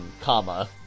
comma